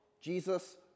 Jesus